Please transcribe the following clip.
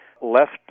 left